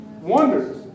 wonders